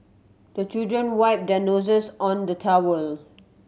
the children wipe their noses on the towel